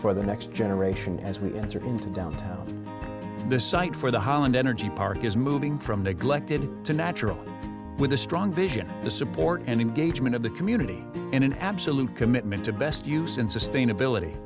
for the next generation as we enter into downtown this site for the holland energy part is moving from neglected to natural with a strong vision the support and engage men of the community in an absolute commitment to best use and sustainability